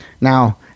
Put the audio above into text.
now